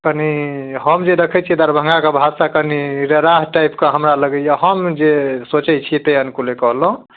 कनि हम जे देखैत छियै दरभङ्गाके भाषा कनि रेराह टाइपके हमरा लगैया हम जे सोचैत छियै ताहि अनुकुले कहलहुँ